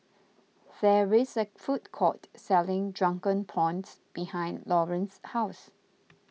there is a food court selling Drunken Prawns behind Lawrance's house